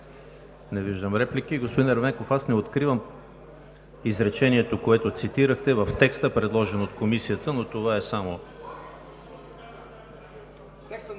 Не виждам. Господин Ерменков, аз не откривам изречението, което цитирахте, в текста, предложен от Комисията. (Уточнения.)